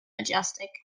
majestic